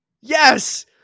Yes